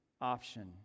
option